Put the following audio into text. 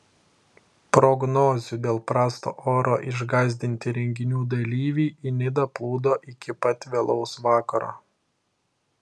prognozių dėl prasto oro išgąsdinti renginių dalyviai į nidą plūdo iki pat vėlaus vakaro